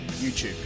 YouTube